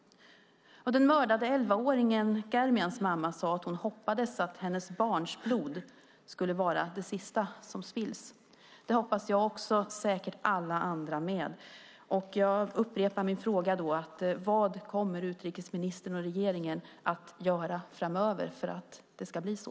Den mördade elvaåringen Germians mamma sade att hon hoppades att hennes barns blod skulle vara det sista som spillts. Det hoppas också jag och säkert alla andra. Jag upprepar därför min fråga: Vad kommer utrikesministern och regeringen att göra framöver för att det ska bli så?